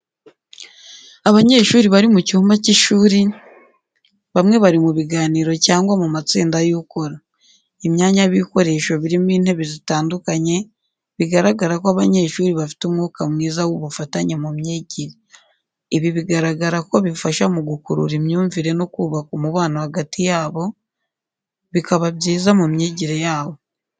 Abanyeshuri bari mu cyumba cy'ishuri, bamwe bari mu biganiro cyangwa mu matsinda y'ukora. Imyanya y'ibikoresho birimo intebe zitandukanye, bigaragara ko abanyeshuri bafite umwuka mwiza w'ubufatanye mu myigire. Ibi bigaragara ko bifasha mu gukurura imyumvire no kubaka umubano hagati yabo, bikaba byiza mu myigira yabo.